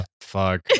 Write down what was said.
Fuck